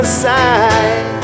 side